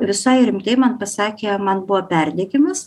visai rimtai man pasakė man buvo perdegimas